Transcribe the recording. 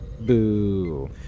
Boo